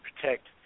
protect